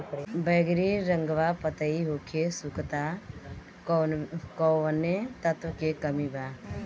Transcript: बैगरी रंगवा पतयी होके सुखता कौवने तत्व के कमी बा?